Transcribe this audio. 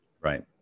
Right